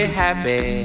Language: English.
happy